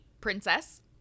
Princess